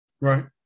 Right